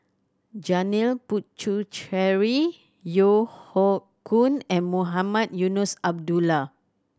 Janil Puthucheary Yeo Hoe Koon and Mohamed Eunos Abdullah